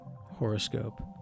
horoscope